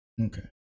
okay